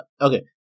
okay